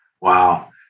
Wow